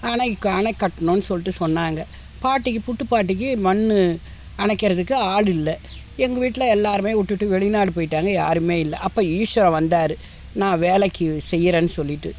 அணைக் அணைக் கட்டணும்னு சொல்லிட்டு சொன்னாங்கள் பாட்டிக்கு புட்டுப் பாட்டிக்கு மண் அணைக்கிறதுக்கு ஆள் இல்லை எங்கள் வீட்டில எல்லாருமே விட்டுட்டு வெளிநாடு போய்ட்டாங்க யாருமே இல்லை அப்போ ஈஸ்வரன் வந்தார் நான் வேலைக்கி செய்கிறேன்னு சொல்லிட்டு